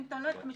אם אתה מלמד 55%,